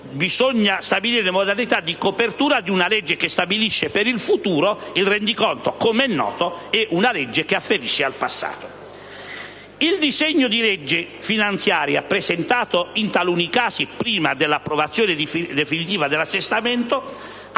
bisogna stabilire le modalità di copertura di una legge che stabilisce per il futuro (il rendiconto - com'è noto - è una legge che afferisce al passato). Il disegno di legge finanziaria, presentato in taluni casi prima dell'approvazione definitiva dell'assestamento, ha